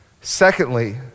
Secondly